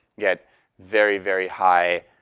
get very, very high